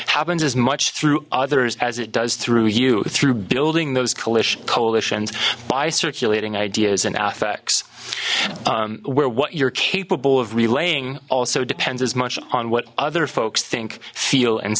happens as much through others as it does through you through building those coalition coalitions by circulating ideas and effects where what you're capable of relaying also depends as much on what other folks think feel and